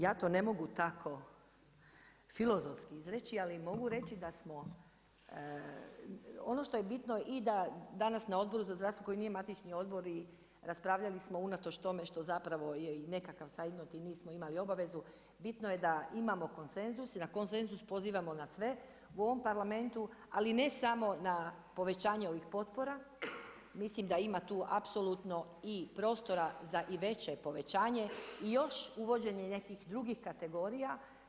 Ja to ne mogu tako filozofski izreći, ali mogu reći da smo ono što je bitno i da danas na Odboru za zdravstvo koji nije matični odbor raspravljali smo unatoč tome što je i nekakav zeitnot i nismo imali obavezu, bitno je da imamo konsenzus i na konsenzus pozivamo sve u ovom Parlamentu, ali ne samo na povećanje ovih potpora, mislim da tu ima apsolutno prostora i za veće povećanje i još uvođenje nekih drugih kategorija.